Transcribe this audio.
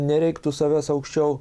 nereiktų savęs aukščiau